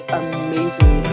amazing